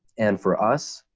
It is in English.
and for us,